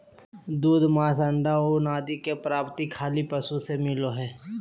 दूध, मांस, अण्डा, ऊन आदि के प्राप्ति खली पशु से मिलो हइ